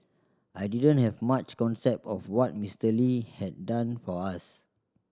I didn't have much concept of what Mister Lee had done for us